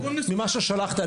ממה ששלחת,